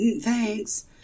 thanks